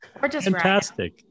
Fantastic